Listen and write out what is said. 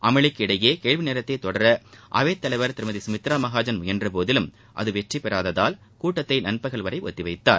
அமளிக்கிடையே கேள்வி நேரத்தை தொடர அவைத்தலைவர் திருமதி கமித்ரா மகாஜன் முயன்றபோதிலும் அது வெற்றிபெறாததால் கூட்டத்தை நண்பகல் வரை ஒத்திவைத்தார்